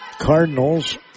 Cardinals